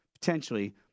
potentially